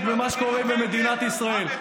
מתעסקים לעומק בעתידה של מדינת ישראל.